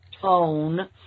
tone